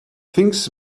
things